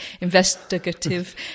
investigative